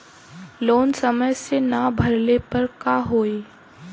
Loan समय से ना भरले पर का होयी?